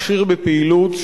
עשיר בפעילות,